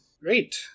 Great